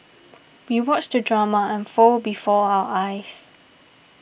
we watched the drama unfold before our eyes